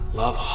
love